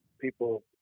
people